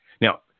Now